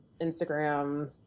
Instagram